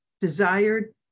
desired